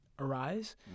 arise